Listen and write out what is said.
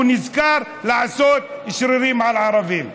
הוא נזכר לעשות שרירים על ערבים.